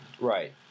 Right